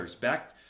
back